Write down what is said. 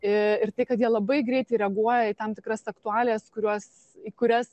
i ir tai kad jie labai greitai reaguoja į tam tikras aktualijas kuriuos į kurias